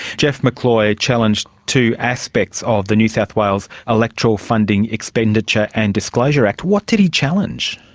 jeff mccloy challenged two aspects of the new south wales electoral funding, expenditure and disclosure act. what did he challenge?